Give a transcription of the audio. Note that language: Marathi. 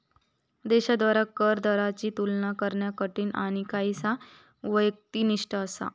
देशांद्वारा कर दरांची तुलना करणा कठीण आणि काहीसा व्यक्तिनिष्ठ असा